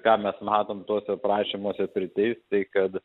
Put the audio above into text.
ką mes matom tuose prašymuose priteist tai kad